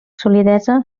solidesa